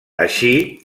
així